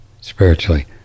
spiritually